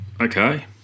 Okay